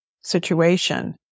situation